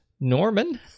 Norman